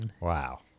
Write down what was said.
Wow